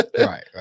right